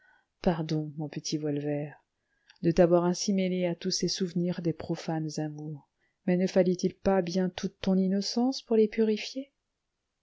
pardon mon petit voile vert de t'avoir ainsi mêlé à tous ces souvenirs des profanes amours mais ne fallait-il pas bien toute ton innocence pour les purifier